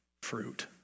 fruit